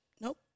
Nope